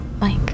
Mike